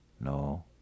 No